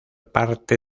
parte